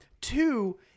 Two